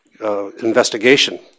investigation